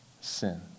sin